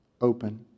open